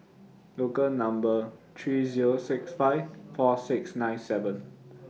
Local Number three Zero six five four six nine seven